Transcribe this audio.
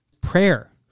Prayer